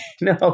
No